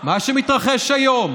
מה שמתרחש היום